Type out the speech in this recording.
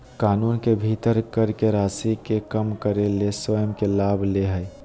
कानून के भीतर कर के राशि के कम करे ले स्वयं के लाभ ले हइ